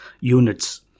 units